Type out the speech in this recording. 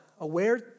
aware